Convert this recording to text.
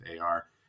AR